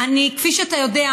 כפי שאתה יודע,